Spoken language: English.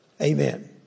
Amen